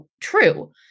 true